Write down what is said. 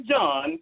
John